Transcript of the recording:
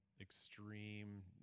extreme